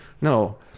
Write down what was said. No